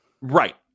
Right